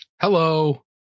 Hello